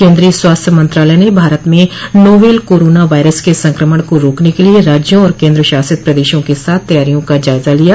केन्द्रीय स्वास्थ्य मंत्रालय ने भारत में नोवेल कोरोना वायरस के संक्रमण को रोकने के लिए राज्यों और केन्द्रशासित प्रदेशों के साथ तैयारियों का जायजा लिया